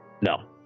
No